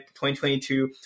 2022